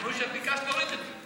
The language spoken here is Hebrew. אמרו שאת ביקשת להוריד את זה.